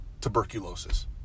tuberculosis